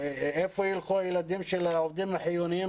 להיכן ילכו הילדים של העובדים החיוניים